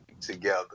together